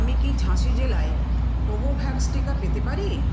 আমি কি ঝাঁসি জেলায় কোভোভ্যাক্স টিকা পেতে পারি